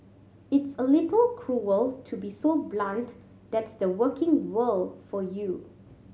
it's a little cruel to be so blunt but tha's the working world for you